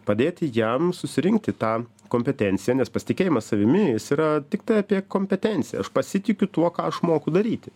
padėti jam susirinkti tą kompetenciją nes pasitikėjimas savimi jis yra tiktai apie kompetenciją aš pasitikiu tuo ką aš moku daryti